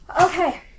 Okay